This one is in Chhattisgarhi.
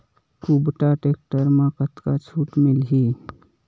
कुबटा टेक्टर म कतका छूट मिलही?